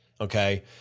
Okay